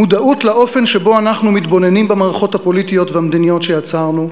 מודעות לאופן שבו אנחנו מתבוננים במערכות הפוליטיות והמדיניות שיצרנו,